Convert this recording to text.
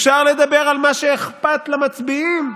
אפשר לדבר על מה שאכפת למצביעים.